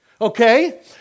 okay